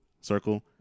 circle